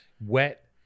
wet